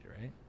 right